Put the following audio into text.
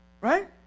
right